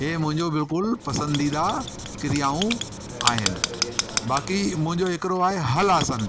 हे मुंहिजो बिल्कुलु पसंदीदा क्रियाऊं आहिनि बाक़ी मुंहिंजो हिकिड़ो आहे हल आसन